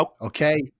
Okay